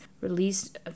released